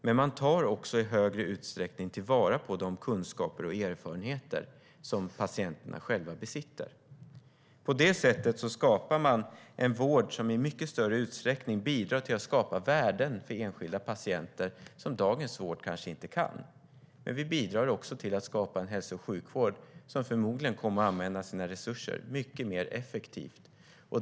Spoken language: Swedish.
Men man tar också i högre utsträckning vara på de kunskaper och erfarenheter som patienterna själva besitter. På det sättet skapar man en vård som i mycket större utsträckning bidrar till att skapa värden för enskilda patienter som dagens vård kanske inte kan. Vi bidrar också till att skapa en hälso och sjukvård som förmodligen kommer att använda sina resurser mycket mer effektivt.